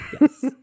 Yes